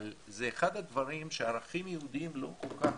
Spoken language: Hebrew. אבל זה אחד הדברים שערכים יהודיים לא כל כך